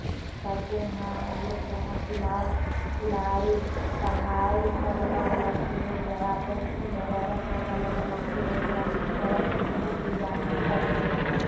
करते हैं हम लोग के यहाँ सिलाई सिलाई कढ़ाई सब अलग अलग से हो गया पंटिंग वगैरह सब अलग अलग से हो गया अच्छी तरह से हम लोग डिजाईन भी करते हैं